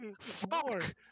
Fuck